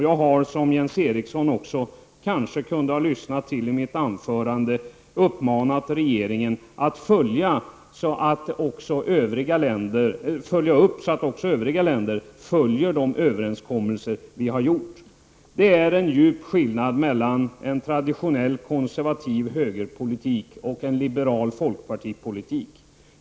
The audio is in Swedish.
Jag har, som Jens Eriksson också kanske kunde ha hört i mitt anförande, uppmanat regeringen att följa upp att även övriga länder följer de överenskommelser vi har gjort. Det är stor skillnad mellan en traditionell konservativ högerpolitik och en liberal folkpartipolitik.